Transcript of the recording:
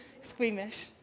squeamish